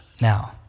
now